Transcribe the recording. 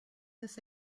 this